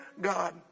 God